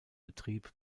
betrieb